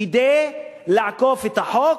כדי לעקוף את החוק,